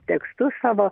tekstu savo